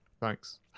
Thanks